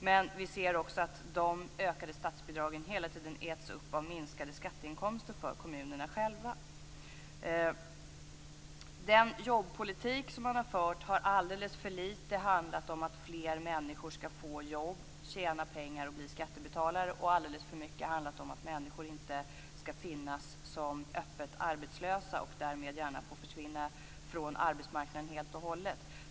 Men vi ser också att de ökade statsbidragen äts upp av minskade skatteinkomster för kommunerna. Den jobbpolitik som har förts har alldeles för litet handlat om att fler människor skall få jobb, tjäna pengar och bli skattebetalare och alldeles för mycket om att människor inte skall vara öppet arbetslösa och därmed gärna får försvinna från arbetsmarknaden helt och hållet.